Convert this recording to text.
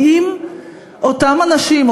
כי אם אותם אנשים,